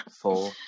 four